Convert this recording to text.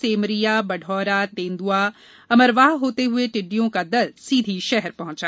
सेमरिया बढ़ौरा तेंदुआ अमरवाह होते हुए टिड्डियों का दल सीधी शहर पहुंचा